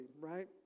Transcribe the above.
right